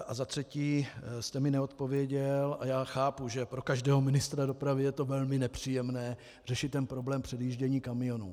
A za třetí jste mi neodpověděl, a já chápu, že pro každého ministra dopravy je to velmi nepříjemné, jak řešit ten problém předjíždění kamionů.